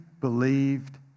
believed